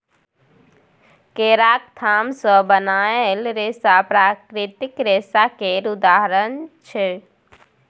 केराक थाम सँ बनल रेशा प्राकृतिक रेशा केर उदाहरण छै